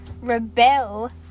rebel